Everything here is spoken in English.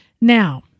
Now